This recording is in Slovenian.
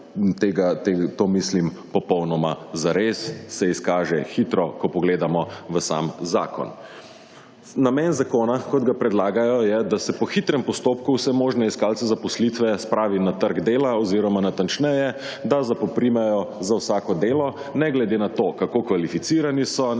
to mislim popolnoma zares, se izkaže hitro, ko pogledamo v sam zakon. Namen zakona kot ga predlagajo je, da se po hitrem postopku vse možne iskalce zaposlitve spravi na trg dela oziroma natančneje, da zapoprimejo za vsako delo ne glede na to, kako kvalificirani so, ne glede